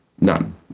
None